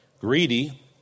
greedy